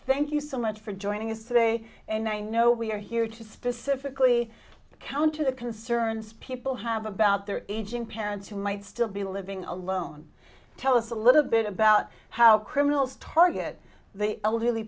thank you so much for joining us today and i know we are here to specifically counter the concerns people have about their aging parents who might still be living alone tell us a little bit about how criminals target the elderly